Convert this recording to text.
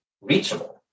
reachable